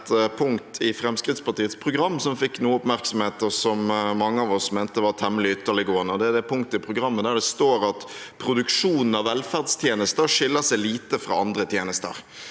det ett punkt i Fremskrittspartiets program som fikk noe oppmerksomhet, og som mange av oss mente var temmelig ytterliggående. Det er det punktet der det står at «produksjonen av velferdstjenester skiller seg lite fra andre tjenester».